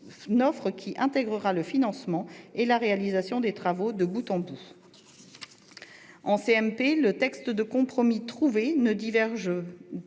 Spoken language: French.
qui intégrera le financement et la réalisation des travaux de bout en bout. Le texte de compromis trouvé en CMP ne diverge